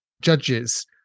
judges